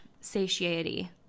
satiety